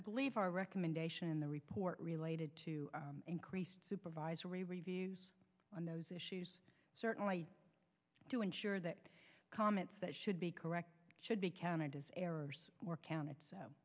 i believe our recommendation in the report related to increased supervisory reviews on those issues certainly to ensure that comments that should be correct should be counted as errors were count